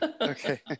Okay